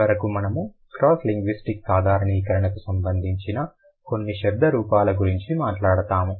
చివరకు మనము cross linguistic సాధారణీకరణకు సంబంధించిన కొన్ని శబ్ద రూపాల గురించి మాట్లాడుతాము